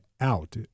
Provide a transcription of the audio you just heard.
out